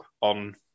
on